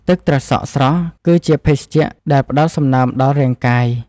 ទឹកត្រសក់ស្រស់ គឺជាភេសជ្ជ:ដែលផ្តល់សំណើមដល់រាងកាយ។